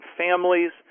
families